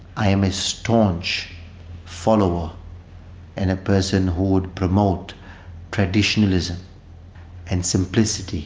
i am a staunch follower and a person who would promote traditionalism and simplicity